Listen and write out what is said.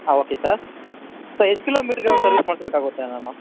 ಹಾಂ okay sir sir ಎಷ್ಟು ಕಿಲೋಮೀಟರ್ಗೆ ಒಂದು ಸರ್ವಿಸ್ ಮಾಡಿಸಬೇಕಾಗುತ್ತೆ ನಾನು